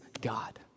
God